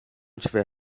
tiver